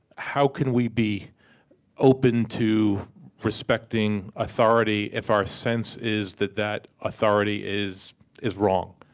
how can we be open to respecting authority if our sense is that that authority is is wrong?